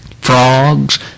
Frogs